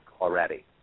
already